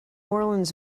orleans